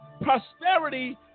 prosperity